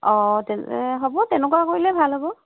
অঁ তেনে হ'ব তেনেকুৱা কৰিলেই ভাল হ'ব